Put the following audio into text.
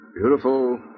Beautiful